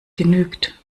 genügt